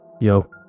Yo